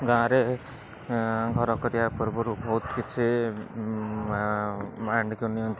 ଗାଁରେ ଘର କରିବା ପୂର୍ବରୁ ବହୁତ କିଛି ମାଇଣ୍ଡକୁ ନିଅନ୍ତି